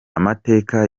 amateka